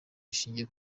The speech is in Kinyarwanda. rishingiye